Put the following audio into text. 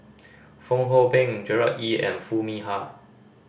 Fong Hoe Beng Gerard Ee and Foo Mee Har